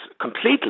completely